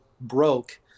broke